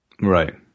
Right